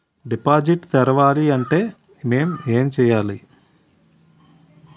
Deposit తెరవాలి అంటే ఏమేం పత్రాలు ఉండాలి?